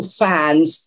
fans